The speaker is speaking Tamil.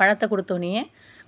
பழத்தை கொடுத்தோனையே